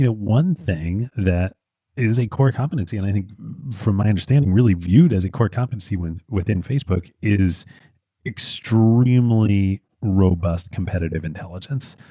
ah one thing that is a core competency and i think from my understanding, really viewed as a core competency within facebook is extremely robust competitive intelligence.